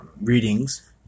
Readings